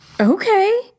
Okay